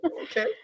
okay